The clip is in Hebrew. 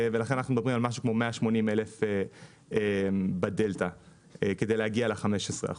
ולכן אנחנו מדברים על משהו כמו 180 אלף בדלתה כדי להגיע ל-15%.